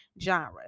genre